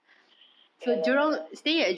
ya lah ya lah